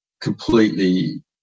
completely